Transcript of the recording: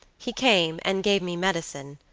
he came and gave me medicine,